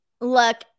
look